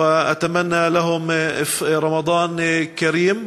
אני רוצה לברך את בני עמנו ולאחל להם רמדאן כרים.